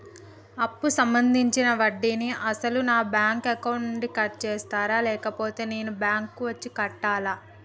అప్పు సంబంధించిన వడ్డీని అసలు నా బ్యాంక్ అకౌంట్ నుంచి కట్ చేస్తారా లేకపోతే నేను బ్యాంకు వచ్చి కట్టాలా?